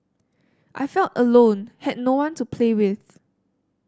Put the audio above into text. I felt alone had no one to play with